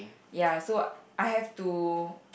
ya so I have to